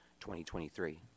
2023